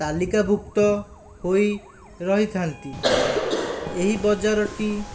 ତାଲିକା ଭୁକ୍ତ ହୋଇ ରହିଥାନ୍ତି ଏହି ବଜାରଟି